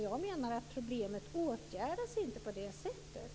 Jag menar att problemet inte åtgärdas på det sättet.